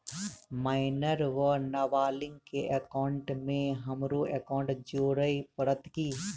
Minor वा नबालिग केँ एकाउंटमे हमरो एकाउन्ट जोड़य पड़त की?